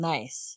Nice